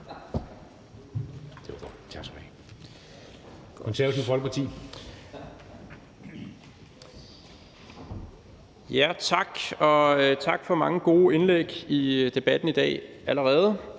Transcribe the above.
tak for mange gode indlæg i debatten i dag allerede.